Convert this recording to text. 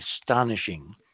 astonishing